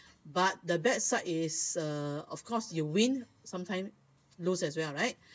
but the bad side is uh of course you win sometimes lose as well right